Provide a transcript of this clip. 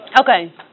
okay